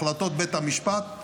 החלטות בית המשפט,